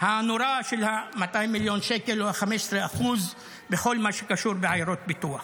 הנורא של 200 מיליון שקל או 15% בכל מה שקשור בעיירות פיתוח.